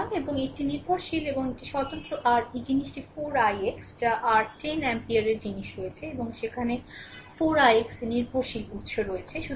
সুতরাং এবং একটি নির্ভরশীল এবং একটি স্বতন্ত্র r এই জিনিসটি 4 ix যা r 10 অ্যাম্পিয়ারের জিনিস রয়েছে এবং সেখানে 4 ix r নির্ভরশীল উত্স আছে